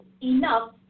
enough